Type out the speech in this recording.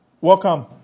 Welcome